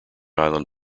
island